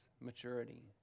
maturity